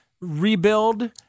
rebuild